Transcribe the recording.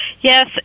Yes